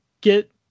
get